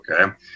okay